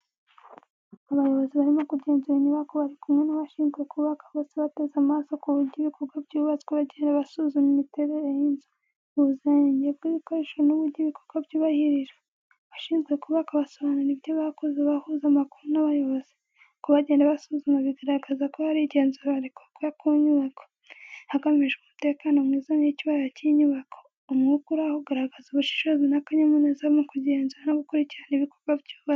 Abayobozi barimo kugenzura inyubako bari kumwe n’abashinzwe kubaka, bose bateze amaso ku buryo ibikorwa byubatswe. Bagenda basuzuma imiterere y’inzu, ubuziranenge bw’ibikoresho n’uburyo ibikorwa byubahirijwe. Abashinzwe kubaka basobanura ibyo bakoze, bahuza amakuru n’abayobozi. Uko bagenda basuzuma, bigaragaza ko hari igenzura rikorwa ku nyubako, hagamijwe umutekano, ubwiza n’icyubahiro cy’inyubako. Umwuka uri aho ugaragaza ubushishozi n’akanyamuneza mu kugenzura no gukurikirana ibikorwa byubatswe.